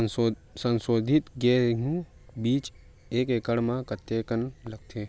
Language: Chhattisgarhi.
संसोधित गेहूं बीज एक एकड़ म कतेकन लगथे?